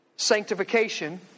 Sanctification